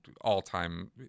all-time